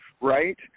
right